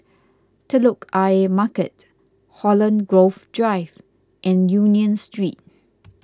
Telok Ayer Market Holland Grove Drive and Union Street